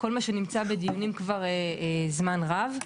כל מה שנמצא בדיונים כבר זמן רב,